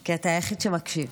כי אתה היחיד שמקשיב.